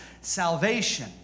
Salvation